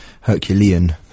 Herculean